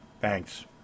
Thanks